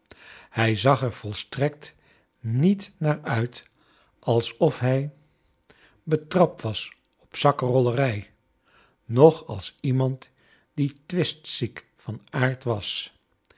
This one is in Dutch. hij zag er volstrekt niefc naar uit alsof hij becharles dickens trapt was op zakkenrollerij noch als iemand die twistziek van aard was